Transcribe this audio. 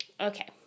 Okay